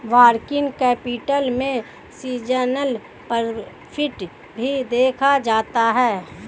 working capital में seasonal profit भी देखा जाता है